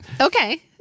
Okay